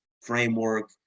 framework